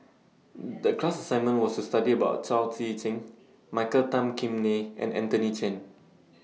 The class assignment was to study about Chao Tzee Cheng Michael Tan Kim Nei and Anthony Chen